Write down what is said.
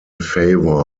favour